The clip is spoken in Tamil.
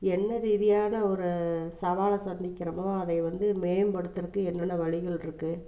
என்ன ரீதியான ஒரு சவாலை சந்திக்கிறோமோ அதை வந்து மேம்படுத்துறக்கு என்னென்ன வழிகள்இருக்கு